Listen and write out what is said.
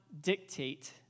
dictate